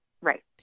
Right